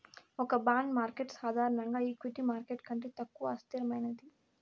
ఒక bond market సాధారణంగా equity market కంటే తక్కువ అస్థిరమైనది